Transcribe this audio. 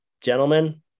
gentlemen